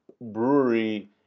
brewery